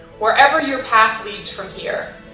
wherever your path leads from here,